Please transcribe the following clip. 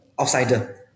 outsider